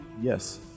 Yes